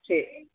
ठीकु